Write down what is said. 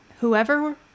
whoever